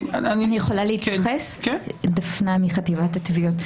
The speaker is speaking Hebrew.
אני מחטיבת התביעות.